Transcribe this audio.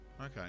Okay